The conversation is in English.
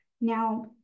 Now